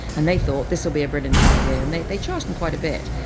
and they thought this will be a brilliant idea, and they they charged them quite a bit.